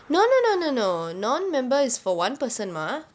no no no no no non member is for one person mah